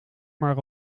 maar